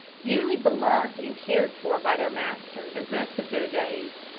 dearly beloved and cared for by their master the rest of their days.